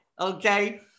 Okay